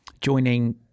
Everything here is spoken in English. joining